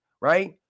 right